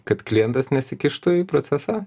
kad klientas nesikištų į procesą